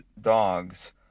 dogs